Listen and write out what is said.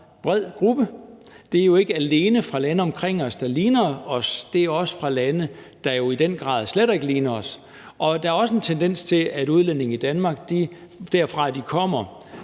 bred gruppe. Det er jo ikke alene fra lande omkring os, der ligner os. Det er også fra lande, der jo i den grad slet ikke ligner os. Og der er også en tendens til, at udlændinge i Danmark måske samler